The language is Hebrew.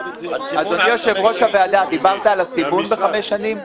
אדוני יושב-ראש הוועדה, דיברת על הסימון חמש שנים.